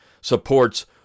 supports